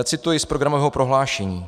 Cituji z programového prohlášení: